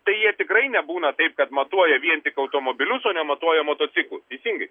tai jie tikrai nebūna taip kad matuoja vien tik automobilius o nematuoja motociklų teisingai